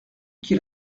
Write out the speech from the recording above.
qu’il